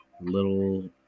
little